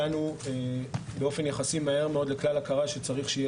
הגענו באופן יחסי מהר מאוד לכלל הכרה שצריך שיהיה